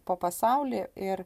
po pasaulį ir